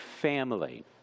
family